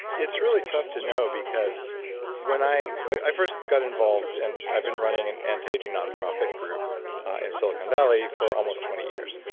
it's really tough to know because i i first got involved and i've been running an anti-aging nonprofit group in silicon valley for almost twenty years.